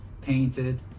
painted